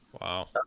Wow